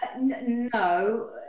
No